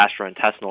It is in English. gastrointestinal